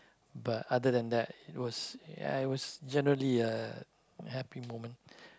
but other than that it was ya it was generally a happy moment